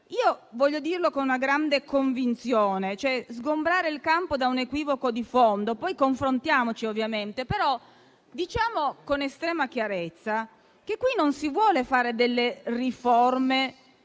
Io vorrei dire una cosa con grande convinzione, cioè sgombrare il campo da un equivoco di fondo; poi confrontiamoci, ovviamente, però diciamo con estrema chiarezza che non si vogliono fare delle riforme